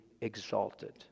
exalted